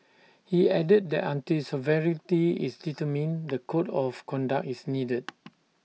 he added that until sovereignty is determined the code of conduct is needed